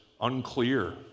unclear